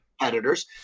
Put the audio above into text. competitors